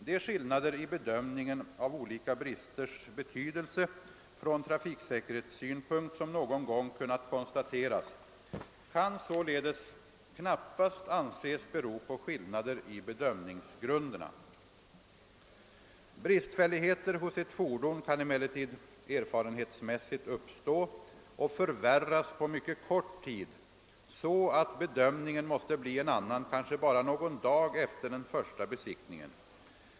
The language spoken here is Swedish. De skillnader i bedömningen av olika bristers betydelse från trafiksäkerhetssynpunkt, som någon gång kunnat konstateras, kan således knappast anses bero på skillnader i bedömningsgrunderna. Bristfälligheter hos ett fordon kan emellertid erfarenhetsmässigt uppstå och förvärras på mycket kort tid så att bedömningen måste bli en annan kanske bara någon dag efter den första besiktningen.